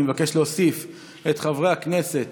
אני מבקש להוסיף את חבר הכנסת